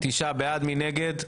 מי נגד?